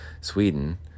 sweden